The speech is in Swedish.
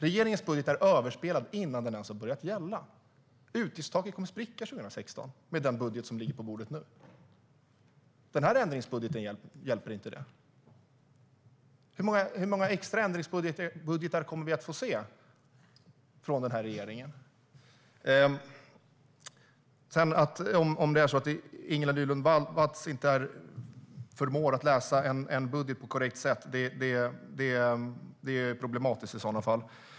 Regeringens budget är alltså överspelad innan den ens har börjat gälla. Utgiftstaket kommer att spricka 2016 med den budget som ligger på bordet nu. Den här ändringsbudgeten hjälper inte detta. Hur många extra ändringsbudgetar kommer vi att få se från den här regeringen? Om Ingela Nylund Watz inte förmår läsa en budget på korrekt sätt är det problematiskt.